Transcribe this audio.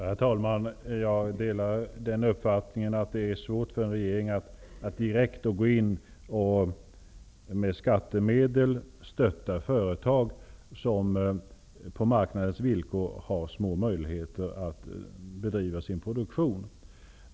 Herr talman! Jag delar uppfattningen att det är svårt för en regering att direkt gå in och med skattemedel stötta företag som på marknadens villkor har små möjligheter att bedriva sin produktion.